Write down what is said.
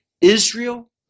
Israel